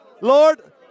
Lord